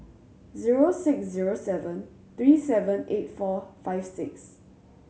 zero six zero seven three seven eight four five six